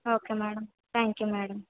okay madam thank you madam